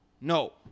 no